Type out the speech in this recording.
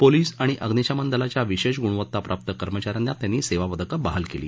police आणि अग्निशमन दलाच्या विशा गुणवत्ता प्राप्त कर्मचाऱ्यांना त्यांनी सद्ती पदक बहाल क्ली